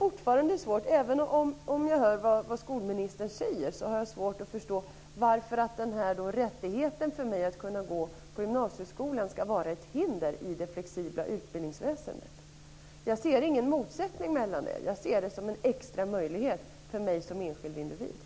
Även om jag hör vad skolministern säger så har jag fortfarande svårt att förstå varför rättigheten att gå på gymnasieskolan ska vara ett hinder i det flexibla utbildningsväsendet. Jag ser ingen motsättning mellan det här. Jag ser det i stället som en extra möjlighet för den enskilde individen.